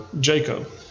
Jacob